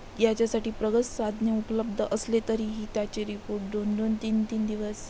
याच्यासाठी प्रगत साधने उपलब्ध असले तरीही त्याचे रिपोर्ट दोन दोन तीन तीन दिवस